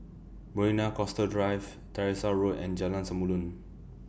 Marina Coastal Drive Tyersall Road and Jalan Samulun